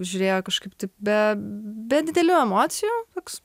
žiūrėjo kažkaip taip be be didelių emocijų toks